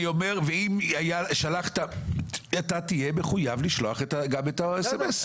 ואם שלחת, אתה תהיה מחויב לשלוח גם את ה-סמס.